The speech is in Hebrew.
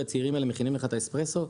הצעירים האלה מכינים לך את האספרסו,